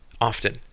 often